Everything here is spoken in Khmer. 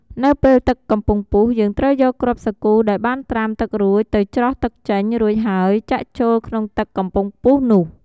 នៅពេលទឹកកំពុងពុះ យើងត្រូវយកគ្រាប់សាគូដែលបានត្រាំទឹករួចទៅច្រោះទឹកចេញ រួចហើយចាក់ចូលក្នុងទឹកកំពុងពុះនោះ។